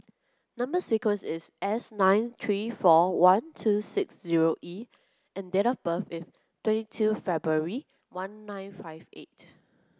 number sequence is S nine three four one two six zero E and date of birth is twenty two February one nine five eight